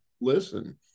listen